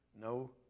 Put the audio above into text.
No